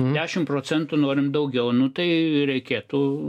dešimt procentų norim daugiau nu tai reikėtų